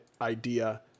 idea